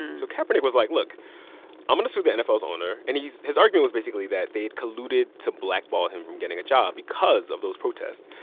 and so kaepernick was like, look i'm going to sue the nfl's owner, and he's his argument was basically that they had colluded to blackball him from getting a job because of those protests.